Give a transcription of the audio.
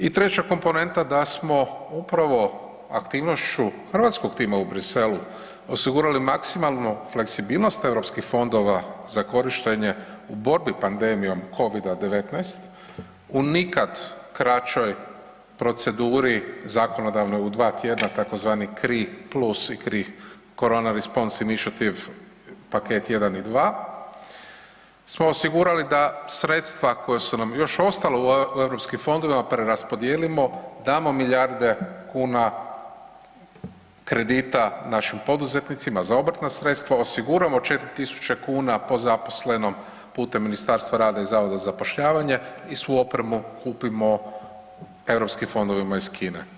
I treća komponenta da smo upravo aktivnošću hrvatskog tima u Bruxellesu osigurali maksimalnu fleksibilnost europskih fondova za korištenje u borbi pandemijom covida-19 u nikad kraćoj proceduri zakonodavnoj u dva tjedna, tzv. CRI plus i Corona response iniciation paket jedan i dva smo osigurali da sredstva koja su nam još ostala u europskim fondovima preraspodijelimo, damo milijarde kuna kredita našim poduzetnicima za obrtna sredstva, osiguramo 4000 kuna po zaposlenom putem Ministarstva rada i Zavoda za zapošljavanje i svu opremu kupimo europskim fondovima iz Kine.